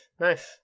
nice